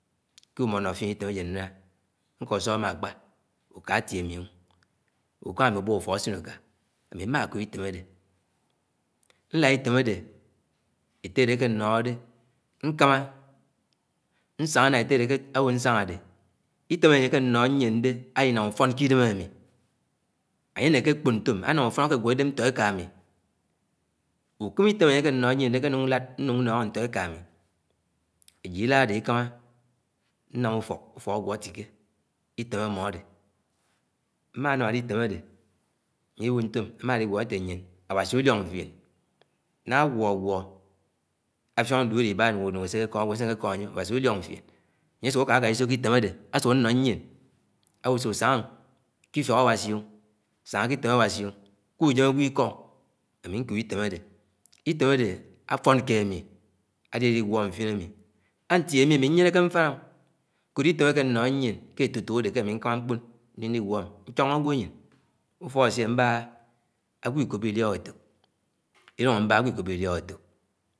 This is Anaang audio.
ku-ìmó ìñño fíén itém ajén ññánã. nkó usó ámá akpá uká atie am̃í àwùkámádé ùbùp ufok usin ùka. ánú mmá iúop ”itém àdé nlád ”itém adé ette àdé akénòhòdé Ñkámá ñsángá nángá etté adé akẽwõ nsángà adé. Itém anyé ake nnóhó nyiéndé àlinám ùfón ké ìdém àmì añye ànéhé àkpón ntóom ánám ùfón àkégwó ìdém ntó èkámí ùkém ìtém ãnye aké ànòhó nyiéndé ké nuñg ñlad núng nóngó ntó éká amì ajíd elad adé ekamá nám ùfók, ùfók ágúo atike ké ítěm amó adé mmañam ade itém àdé àmá aùgúó ánye ànté nyién. Awasi ulióng fién. Nángá águó-guó àffíóñg duólòibá àséke èkõm agwo nṣeké ñkóm anye Awasi ùlióñg fién anye ásók àkáká isó ké itém adé omó nyién awó sòk sángá kí-ìtém Awasi. kùjém ágwó ìkó. ítém adé àfón ké amí aliguo mfin em. Ntie mi. Ami nyeneke mfána. kóló itém ekénóhó nyiéñ. ké etotók adẽ ke ámi mkãmá mkpón ngõng agwo anyin. fókáwási ami mbaha agwo ikobibìhóde étop, fókáwási ami mbaha agwo ikobibìhóde étop.